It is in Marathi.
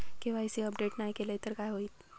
के.वाय.सी अपडेट नाय केलय तर काय होईत?